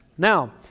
Now